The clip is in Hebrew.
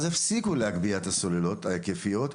אז הפסיקו להגביה את הסוללות ההיקפיות,